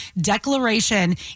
declaration